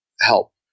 help